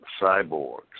cyborgs